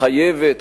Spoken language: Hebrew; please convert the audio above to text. מחייבת